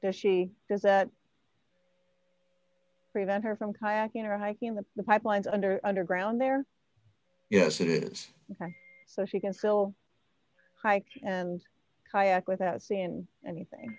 does she does that prevent her from kayaking or hiking in the pipelines under underground there yes it is so she can still hike and kayak without seeing anything